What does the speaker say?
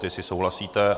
Jestli souhlasíte?